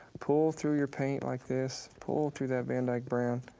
pull through your paint like this. pull through that van dyke brown